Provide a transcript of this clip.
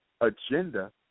agenda